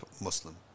Muslim